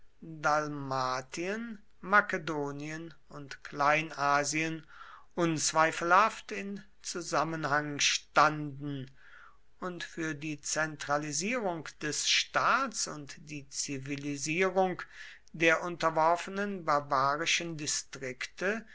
dalmatien makedonien und kleinasien unzweifelhaft in zusammenhang standen und für die zentralisierung des staats und die zivilisierung der unterworfenen barbarischen distrikte